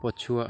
ପଛୁଆ